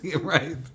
Right